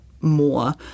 more